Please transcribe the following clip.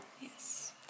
Yes